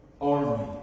army